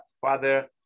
father